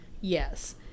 Yes